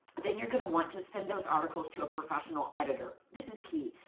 then you're gonna want to send those articles to a professional editor. this is key.